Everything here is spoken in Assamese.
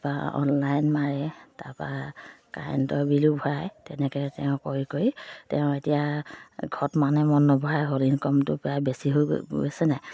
তাপা অনলাইন মাৰে তাপা কাৰেণ্টৰ বিলো ভৰাই তেনেকৈ তেওঁ কৰি কৰি তেওঁ এতিয়া ঘৰত মানে মন নবহাই হ'ল ইনকামটো প্ৰায় বেছি হৈ গৈ গৈছে নাই